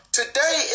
today